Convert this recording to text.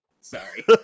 sorry